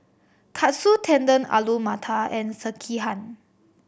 Katsu Tendon Alu Matar and Sekihan